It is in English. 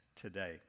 today